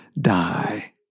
die